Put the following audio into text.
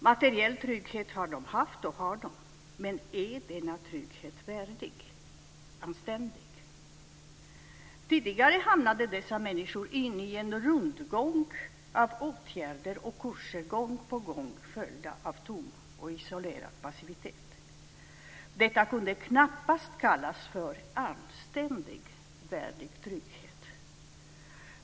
Materiell trygghet har de haft och har de - men är denna trygghet värdig, anständig? Tidigare hamnade dessa människor i en rundgång av åtgärder och kurser, gång på gång följda av tom och isolerad passivitet. Detta kunde knappast kallas för anständig och värdig trygghet.